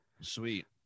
Sweet